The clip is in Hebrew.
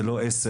זה לא עשר,